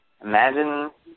Imagine